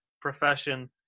profession